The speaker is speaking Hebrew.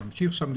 ממשיך להיות שם.